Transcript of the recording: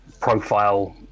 profile